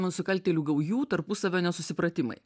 nusikaltėlių gaujų tarpusavio nesusipratimai